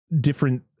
different